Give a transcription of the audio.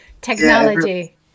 Technology